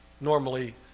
normally